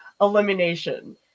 elimination